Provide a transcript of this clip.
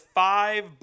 five